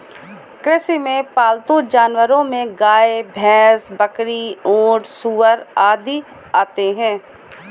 कृषि में पालतू जानवरो में गाय, भैंस, बकरी, ऊँट, सूअर आदि आते है